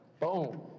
boom